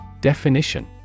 Definition